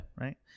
Right